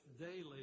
daily